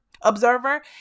observer